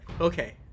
Okay